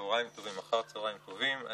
חבר הכנסת אוסאמה סעדי, אני